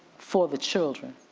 for the children?